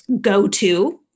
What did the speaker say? go-to